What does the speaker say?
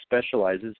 specializes